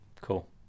Cool